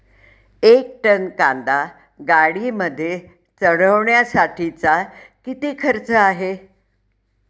एक टन कांदा गाडीमध्ये चढवण्यासाठीचा किती खर्च आहे?